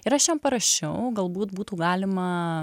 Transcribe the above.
ir aš jam parašiau galbūt būtų galima